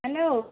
hello